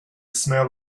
smell